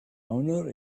owner